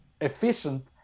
efficient